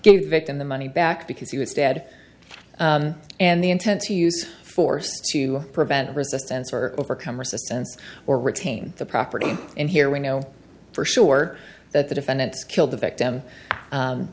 gave victim the money back because he was dead and the intent to use force to prevent resistance or overcome resistance or retain the property and here we know for sure that the defendants killed the victim